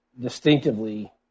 distinctively